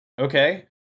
okay